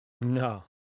No